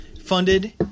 funded